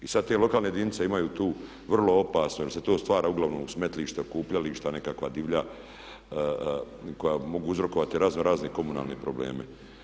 I sad te lokalne jedinice imaju tu vrlo opasnu, jer se tu stvara uglavnom smetlište, okupljališta nekakva divlja koja mogu uzrokovati razno razne komunalne probleme.